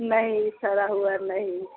नहीं सड़ा हुआ नहीं